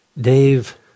Dave